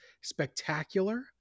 spectacular